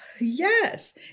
Yes